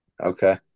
Okay